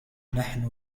نحن